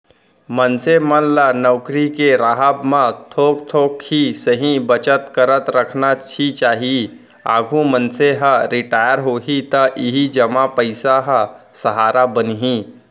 मनसे मन ल नउकरी के राहब म थोक थोक ही सही बचत करत रखना ही चाही, आघु मनसे ह रिटायर होही त इही जमा पइसा ह सहारा बनही